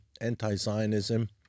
anti-Zionism